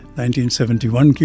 1971